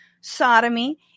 sodomy